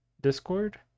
discord